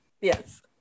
Yes